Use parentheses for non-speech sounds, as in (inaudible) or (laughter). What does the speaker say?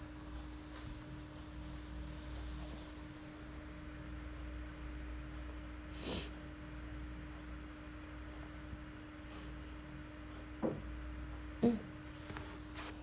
(noise) mm